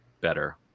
better